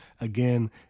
again